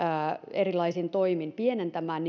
erilaisin toimin pienentämään